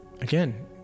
again